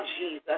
Jesus